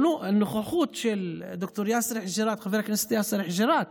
הנוכחות של חבר הכנסת ד"ר יאסר חוג'יראת